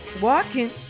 walking